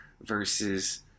versus